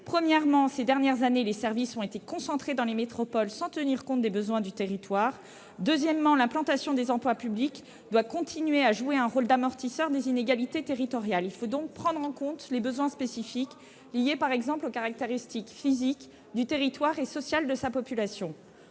part, ces dernières années, les services ont été concentrés dans les métropoles, sans tenir compte des besoins du territoire ; d'autre part, l'implantation des emplois publics doit continuer de jouer un rôle d'amortisseur des inégalités territoriales. Il faut donc prendre en compte les besoins spécifiques liés, par exemple, aux caractéristiques à la fois physiques du territoire et sociales de sa population.